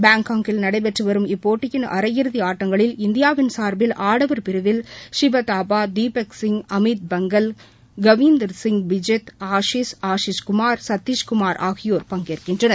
பாங்காக்கில் நடைபெற்றுவரும் இப்போட்டியின் அரையிறுதிஆட்டங்களில் இந்தியாவின் சார்பில் ஆடவர் பிரிவில் ஷிவதாபா தீபக் சிங் அமித் பங்கல் கவீந்தர் சிங் பிஸ்த் ஆஷிஷ்ஆஷிஷ் குமார்சதீஷ் குமார் ஆகியோர் பங்கேற்கின்றனர்